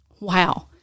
Wow